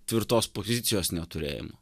tvirtos pozicijos neturėjimu